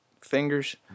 fingers